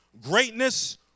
greatness